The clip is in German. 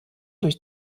durch